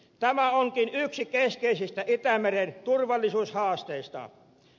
tämä onkin yksi keskeisistä itämeren turvallisuushaasteista